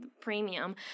premium